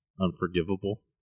unforgivable